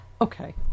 Okay